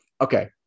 Okay